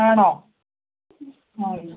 ആണോ ആ